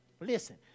Listen